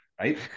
right